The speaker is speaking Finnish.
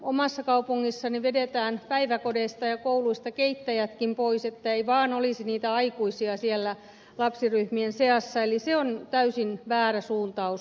omassa kaupungissani vedetään päiväkodeista ja kouluista keittäjätkin pois ettei vaan olisi niitä aikuisia siellä lapsiryhmien seassa eli se on täysin väärä suuntaus